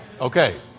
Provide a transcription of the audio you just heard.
Okay